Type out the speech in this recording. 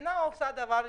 המדינה עושה דבר נפלא.